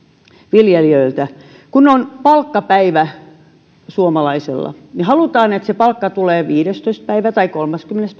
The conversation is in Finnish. viljelijöiltä kun on palkkapäivä suomalaisella niin halutaan että se palkka tulee viidestoista päivä tai kolmaskymmenes